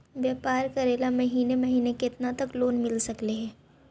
व्यापार करेल महिने महिने केतना तक लोन मिल सकले हे?